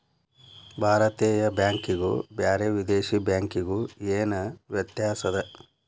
ಭಾರತೇಯ ಬ್ಯಾಂಕಿಗು ಬ್ಯಾರೆ ವಿದೇಶಿ ಬ್ಯಾಂಕಿಗು ಏನ ವ್ಯತ್ಯಾಸದ?